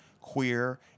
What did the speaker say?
queer